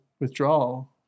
withdrawal